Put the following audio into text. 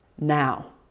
now